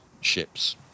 ships